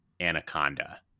anaconda